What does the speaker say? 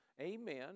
Amen